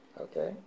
Okay